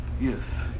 yes